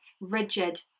rigid